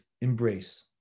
embrace